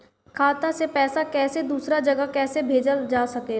खाता से पैसा कैसे दूसरा जगह कैसे भेजल जा ले?